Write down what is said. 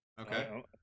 Okay